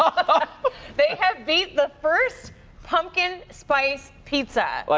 ah but they have made the first pumpkin spice pizza!